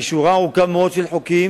יש שורה ארוכה מאוד של חוקים